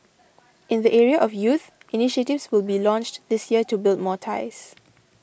in the area of youth initiatives will be launched this year to build more ties